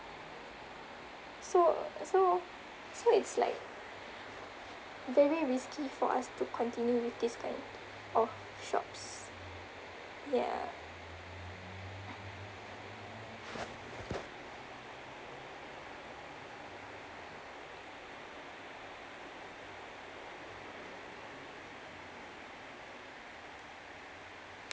so so so it's like very risky for us to continue with this kind of shops ya